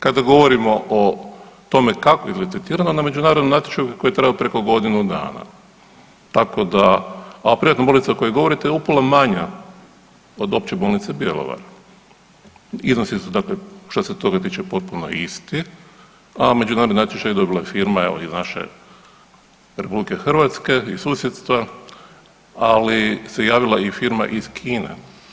Kada govorimo o tome kako je izlicitirano na međunarodnom natječaju koji je trajao preko godinu dana tako da, a privatna bolnica o kojoj govorite je upola manja od Opće bolnice Bjelovar iznosi su dakle što se toga tiče potpuno isti, a međunarodnim natječajem je dobila firma evo iz naše Republike Hrvatske iz susjedstva, ali se javila i firma iz Kine.